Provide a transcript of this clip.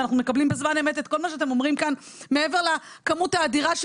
ואנחנו באמת עמלים עכשיו על כל הנושא של האסדרה,